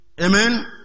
Amen